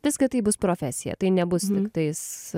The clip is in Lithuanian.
visgi taip bus profesija tai nebus tiktais